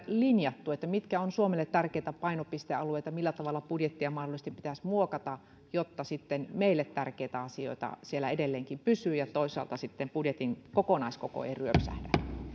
linjattu mitkä ovat suomelle tärkeitä painopistealueita millä tavalla budjettia mahdollisesti pitäisi muokata jotta sitten meille tärkeitä asioita siellä edelleenkin pysyy ja toisaalta sitten budjetin kokonaiskoko ei ryöpsähdä